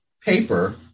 paper